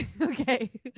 okay